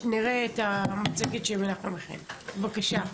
ראובן, בבקשה.